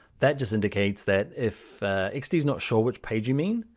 that just indicates that if xd's not sure which page you mean.